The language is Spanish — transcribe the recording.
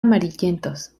amarillentos